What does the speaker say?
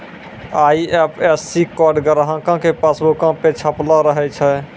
IFSC code ग्राहको के पासबुको पे छपलो रहै छै